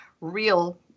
real